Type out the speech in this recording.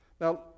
Now